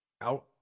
out